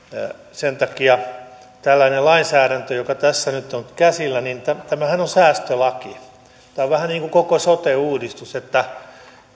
sen takia tällainen lainsäädäntöhän joka tässä nyt on käsillä on säästölaki tämä on vähän niin kuin koko sote uudistus että